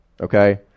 Okay